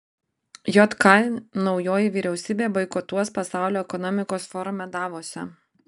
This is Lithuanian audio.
jk naujoji vyriausybė boikotuos pasaulio ekonomikos forume davose